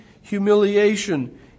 humiliation